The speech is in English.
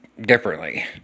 differently